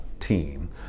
Team